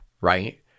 right